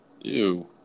Ew